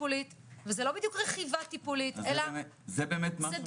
טיפולית וזה לא בדיוק רכיבה טיפולית אלא זה דומה.